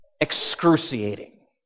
excruciating